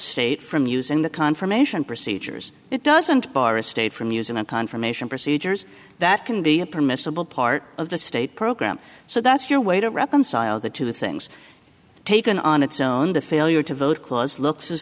state from using the con from and procedures it doesn't bar a state from using a confirmation procedures that can be a permissible part of the state program so that's your way to reconcile the two things taken on its own the failure to vote clause looks